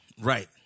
right